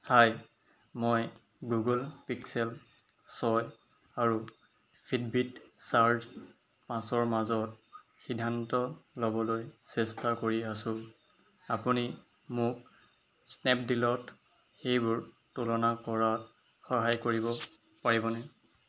হাই মই Google Pixel ছয় আৰু ফিটবিট চাৰ্জ পাঁচৰ মাজত সিদ্ধান্ত ল'বলৈ চেষ্টা কৰি আছোঁ আপুনি মোক স্নেপডীলত সেইবোৰ তুলনা কৰাত সহায় কৰিব পাৰিবনে